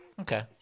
Okay